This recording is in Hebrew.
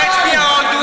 מה הצביעה הודו?